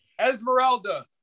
Esmeralda